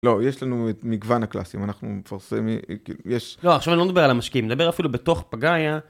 לא, יש לנו את מגוון הקלאסים, אנחנו מפרסמים, כאילו, יש... לא, עכשיו אני לא מדבר על המשקיעים, מדבר אפילו בתוך פאגאיה.